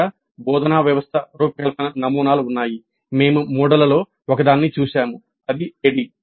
అనేక బోధనా వ్యవస్థ రూపకల్పన నమూనాలు ఉన్నాయి మేము మోడళ్లలో ఒకదాన్ని చూశాము ADDIE